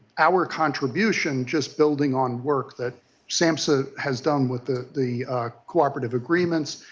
our contribution just building on work that samhsa has done with the the cooperative agreements,